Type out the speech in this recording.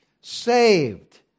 saved